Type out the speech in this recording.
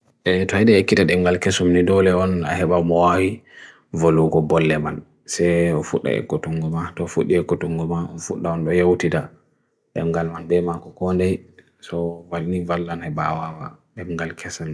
Triedi ekitad engal kesum nido leon ahibaw moahi volu go bolle man. Se fudda ekotungo mahto, fudda ekotungo mahto. Fudda wan ba yaw tida. Engal man dema kokoan dehi. So valini valan hai bawa waa. Demengal kesum.